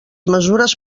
mesures